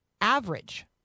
average